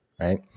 right